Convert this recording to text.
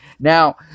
Now